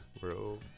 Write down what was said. Bro